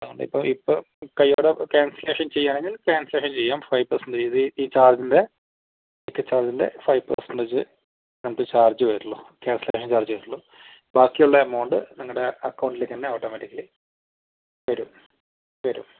അതുകൊണ്ട് ഇപ്പം ഇപ്പം കൈയ്യോടെ ക്യാൻസലേഷൻ ചെയ്യണമെങ്കിൽ ക്യാൻസലേഷൻ ചെയ്യാം ഫൈവ് തൗസൻഡ് ചെയ്ത് ഈ ചാർജിൻ്റ ടിക്കറ്റ് ചാർജിന്റെ ഫൈവ് പെർസെൻറ്റേജ് നമുക്ക് ചാർജ് വരുള്ളൂ ക്യാൻസലേഷൻ ചാർജ് വരുള്ളൂ ബാക്കിയുള്ള എമൗണ്ട് നിങ്ങളുടെ അക്കൗണ്ടിലേക്കുതന്നെ ഓട്ടോമാറ്റിക്കലി വരും വരും